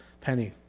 penny